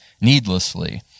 needlessly